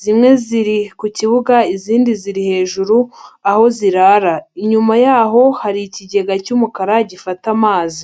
zimwe ziri ku kibuga izindi ziri hejuru aho zirara. Inyuma yaho hari ikigega cy'umukara gifata amazi.